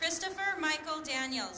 christopher michael daniel